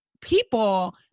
people